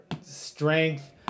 strength